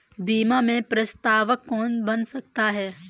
बीमा में प्रस्तावक कौन बन सकता है?